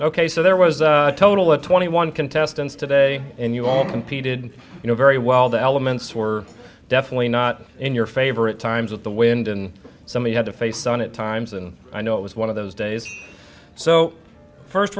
ok so there was a total of twenty one contestants today and you all competed you know very well the elements were definitely not in your favorite times with the wind and somebody had a face on it times and i know it was one of those days so first